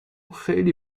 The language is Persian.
خیلی